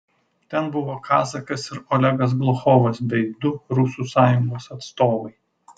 ten buvo kazakas ir olegas gluchovas bei du rusų sąjungos atstovai